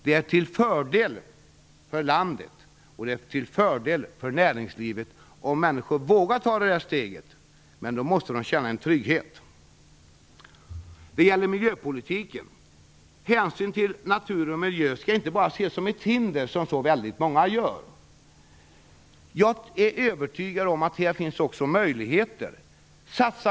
Det är till fördel för landet och det är till fördel för näringslivet om människor vågar ta det där steget. Men då måste de känna trygghet. Det gäller miljöpolitiken. Hänsyn till natur och miljö skall inte bara ses som ett hinder, vilket väldigt många gör. Jag är övertygad om att här också finns möjligheter.